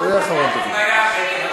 אפליה נגד נשים.